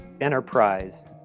enterprise